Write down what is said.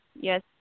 Yes